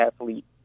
athlete